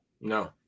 No